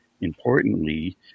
Importantly